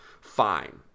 fine